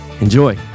Enjoy